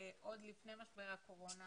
עוד לפני משבר הקורונה